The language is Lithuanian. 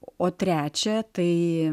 o trečia tai